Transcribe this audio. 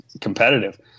competitive